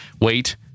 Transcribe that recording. Wait